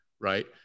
right